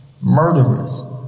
murderers